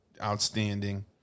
outstanding